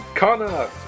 Connor